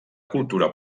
cultura